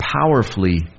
powerfully